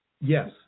Yes